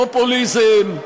פופוליזם.